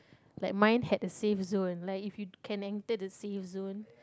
like mine had the safe zone like if you can enter the safe zone